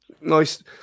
Nice